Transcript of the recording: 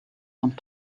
want